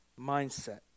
mindset